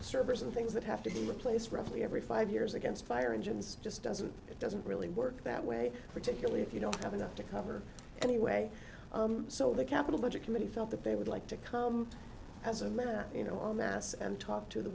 e and things that have to replace roughly every five years against fire engines just doesn't it doesn't really work that way particularly if you don't have enough to cover anyway so the capital budget committee felt that they would like to come as a you know mass and talk to the